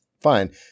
fine